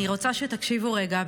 אני רוצה שתקשיבו רגע,